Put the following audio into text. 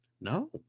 No